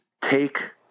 Take